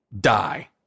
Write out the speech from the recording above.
die